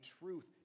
truth